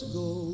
go